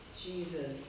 Jesus